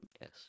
Yes